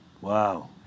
Wow